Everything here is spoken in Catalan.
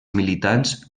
militants